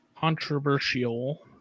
controversial